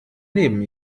neben